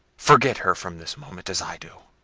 forget her from this moment, as i do.